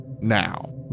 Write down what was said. now